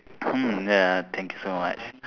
mm ya thank you so much